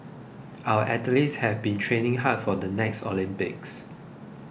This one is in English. our athletes have been training hard for the next Olympics